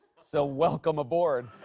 so, welcome aboard.